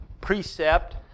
precept